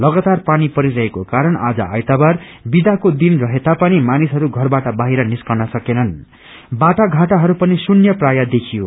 लगातार पानी परिरहेको कारण आज आइतबार विदाको दिन मानिसहरू घरबाट बाहिर निस्कन सकेनन् र बाटा घाटाहरू पनि श्रून्य प्रायः देखियो